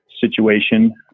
situation